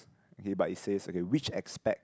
okay but it say okay which aspect